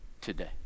today